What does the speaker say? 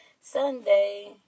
Sunday